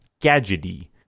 gadgety